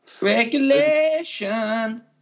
Regulation